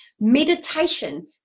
meditation